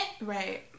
right